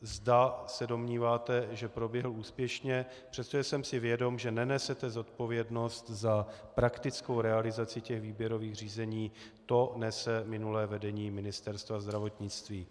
Zda se domníváte, že proběhl úspěšně, přestože jsem si vědom, že nenesete zodpovědnost za praktickou realizaci těch výběrových řízení, to nese minulé vedení Ministerstva zdravotnictví.